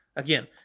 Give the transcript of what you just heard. Again